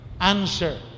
answer